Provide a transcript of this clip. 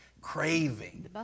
Craving